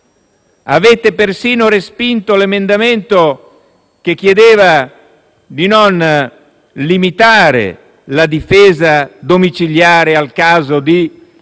Avete persino respinto l'emendamento che chiedeva di non limitare la difesa domiciliare al caso di